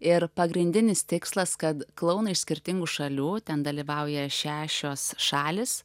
ir pagrindinis tikslas kad klounai iš skirtingų šalių ten dalyvauja šešios šalys